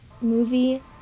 movie